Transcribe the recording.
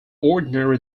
ordinary